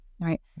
Right